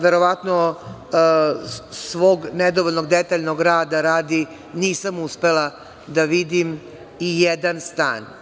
Verovatno svog nedovoljno detaljnog rada radi, nisam uspela da vidim ijedan stan.